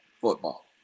football